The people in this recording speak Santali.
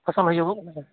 ᱯᱷᱚᱥᱚᱞ ᱦᱩᱭᱩᱜᱚᱜ